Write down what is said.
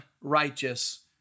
righteous